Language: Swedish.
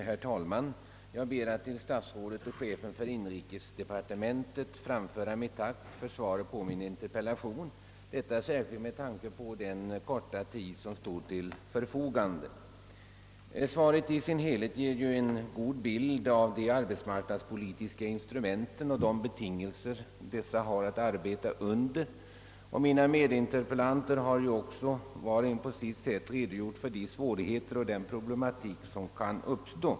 Herr talman! Jag ber att till statsrådet och chefen för inrikesdepartemen tet få framföra ett tack för positivt svar på min interpellation. Särskilt också då med tanke på den korta tid som stått till förfogande. Svaret ger i sin helhet en god bild av de arbetsmarknadspolitiska instrumenten och de betingelser under vilka man har att arbeta med dessa instrument. Mina medinterpellanter har också, var och en på sitt sätt, redogjort för de svårigheter och den problematik som kan uppkomma.